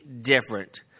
different